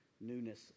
newness